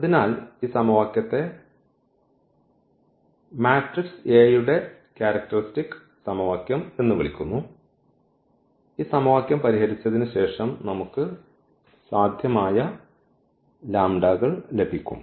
അതിനാൽ ഈ സമവാക്യത്തെ മാട്രിക്സ് A യുടെ ക്യാരക്ടറിസ്റ്റിക് സമവാക്യം എന്ന് വിളിക്കുന്നു ഈ സമവാക്യം പരിഹരിച്ചതിന് ശേഷം നമുക്ക് സാധ്യമായ ലാംബാഡകൾ ലഭിക്കും